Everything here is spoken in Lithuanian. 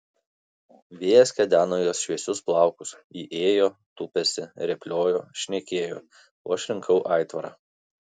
vėjas kedeno jos šviesius plaukus ji ėjo tupėsi rėpliojo šnekėjo o aš rinkau aitvarą